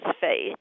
faith